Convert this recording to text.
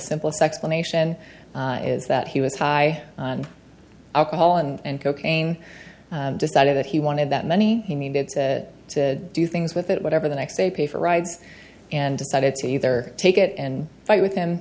simplest explanation is that he was high alcohol and cocaine decided that he wanted that money he needed to do things with it whatever the next day pay for rides and decided to either take it and fight with him